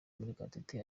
murekatete